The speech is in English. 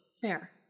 Fair